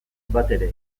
batere